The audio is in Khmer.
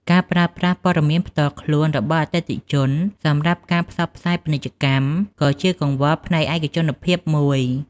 ការប្រើប្រាស់ព័ត៌មានផ្ទាល់ខ្លួនរបស់អតិថិជនសម្រាប់ការផ្សព្វផ្សាយពាណិជ្ជកម្មក៏ជាកង្វល់ផ្នែកឯកជនភាពមួយ។